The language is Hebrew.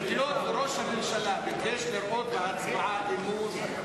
היות שראש הממשלה ביקש לראות בהצבעה אמון,